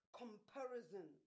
comparison